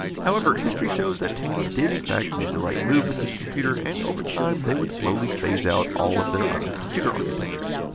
however, history shows that tandy did in fact make the right move with this computer and over time they would slowly phase out all of their other computer architectures.